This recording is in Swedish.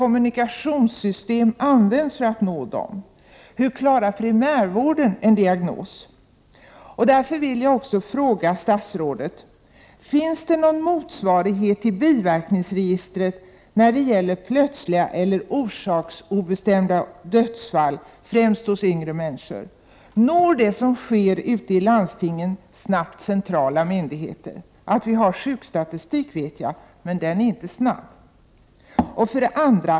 Men det återstår ändå många frågetecken. 1. Finns det någon motsvarighet till biverkningsregistret när det gäller plötsliga eller orsaksobestämda dödsfall, främst hos yngre människor? Når det som sker ute i landstingen snabbt centrala myndigheter? Jag vet att vi har en sjukstatistik, men den är inte snabb. 2.